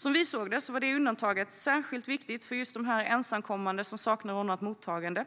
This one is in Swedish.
Som vi såg det var detta undantag särskilt viktigt för just de ensamkommande som saknade ordnat mottagande